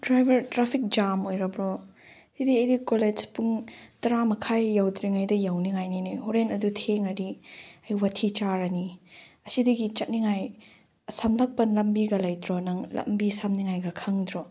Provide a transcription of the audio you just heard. driver traffic jam ꯑꯣꯏꯔꯕꯣ ꯁꯤꯗꯤ ꯑꯩꯗꯤ ꯀꯣꯂꯦꯖ ꯄꯨꯡ ꯇꯔꯥ ꯃꯈꯥꯏ ꯌꯧꯗ꯭ꯔꯤꯉꯩꯗ ꯌꯧꯅꯤꯡꯉꯥꯏꯅꯤꯅꯦ ꯍꯣꯔꯦꯟ ꯑꯗꯨ ꯊꯦꯡꯂꯗꯤ ꯑꯩ ꯋꯥꯊꯤ ꯆꯥꯔꯅꯤ ꯑꯁꯤꯗꯒꯤ ꯆꯠꯅꯤꯡꯉꯥꯏ ꯁꯝꯂꯞꯄ ꯂꯝꯕꯤꯒ ꯂꯩꯇ꯭ꯔꯣ ꯅꯪ ꯂꯝꯕꯤ ꯁꯝꯅꯤꯡꯉꯥꯏꯒ ꯈꯪꯗ꯭ꯔꯣ